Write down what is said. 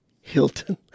Hilton